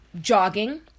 jogging